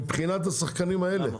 מבחינת השחקנים האלה.